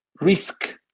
risk